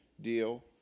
deal